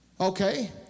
okay